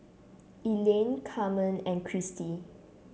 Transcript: Elaine Carmen and Christie